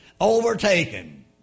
Overtaken